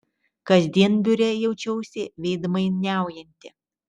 kasdien biure jaučiausi veidmainiaujanti